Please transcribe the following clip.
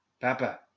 Papa